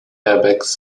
airbags